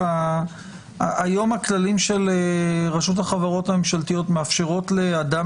היום הכללים של רשות החברות הממשלתיות מאפשרות לאדם